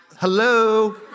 Hello